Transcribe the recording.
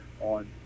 on